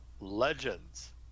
Legends